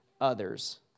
others